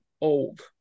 old